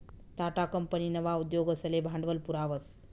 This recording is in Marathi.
टाटा कंपनी नवा उद्योगसले भांडवल पुरावस